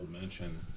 mention